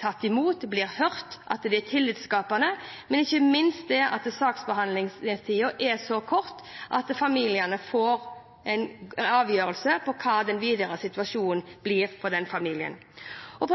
tatt imot og hørt – at det er tillitskapende – og ikke minst at saksbehandlingstida er så kort at familiene får en avgjørelse på hva situasjonen videre blir. Jeg